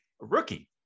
rookie